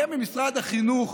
יהיה במשרד החינוך